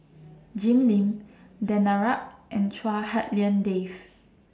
Jim Lim Danaraj and Chua Hak Lien Dave